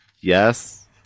Yes